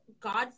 God